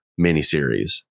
miniseries